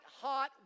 hot